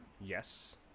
yes